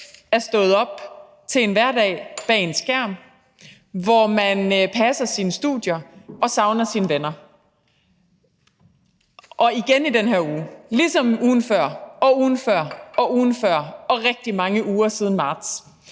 er stået op til en hverdag bag en skærm, hvor man passer sine studier og savner sine venner – igen i den her uge, ligesom ugen før og ugen før og rigtig mange uger siden marts.